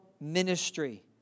ministry